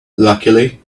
luckily